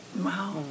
wow